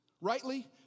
rightly